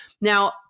Now